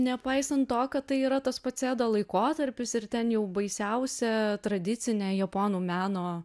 nepaisant to kad tai yra tas pats edo laikotarpis ir ten jau baisiausia tradicinė japonų meno